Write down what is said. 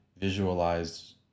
visualize